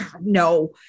no